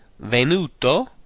Venuto